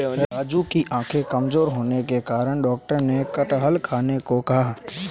राजू की आंखें कमजोर होने के कारण डॉक्टर ने कटहल खाने को कहा